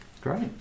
Great